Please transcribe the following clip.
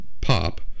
pop